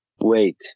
Wait